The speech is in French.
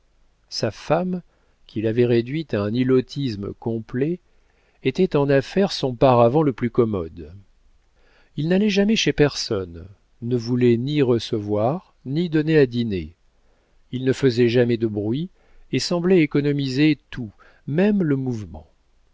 sa femme qu'il avait réduite à un ilotisme complet était en affaires son paravent le plus commode il n'allait jamais chez personne ne voulait ni recevoir ni donner à dîner il ne faisait jamais de bruit et semblait économiser tout même le mouvement